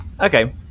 Okay